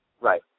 Right